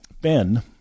Ben